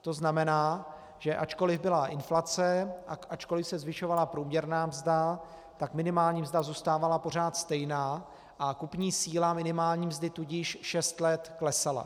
To znamená, že ačkoliv byla inflace, ačkoliv se zvyšovala průměrná mzda, tak minimální mzda zůstávala pořád stejná, kupní síla minimální mzdy tudíž šest let klesala.